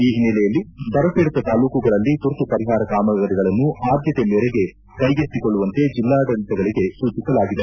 ಈ ಹಿನ್ನೆಲೆಯಲ್ಲಿ ಬರಪೀಡಿತ ತಾಲೂಕುಗಳಲ್ಲಿ ತುರ್ತು ಪರಿಹಾರ ಕಾಮಗಾರಿಗಳನ್ನು ಆದ್ಬತೆ ಮೇರೆಗೆ ಕ್ಷೆಗೆತ್ತಿಕೊಳ್ಳುವಂತೆ ಜಿಲ್ಲಾಡಳಿತಗಳಿಗೆ ಸೂಚಿಸಲಾಗಿದೆ